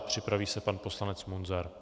Připraví se pan poslanec Munzar.